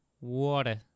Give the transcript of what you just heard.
Water